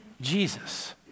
Jesus